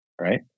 right